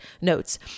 notes